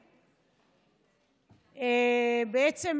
בועז.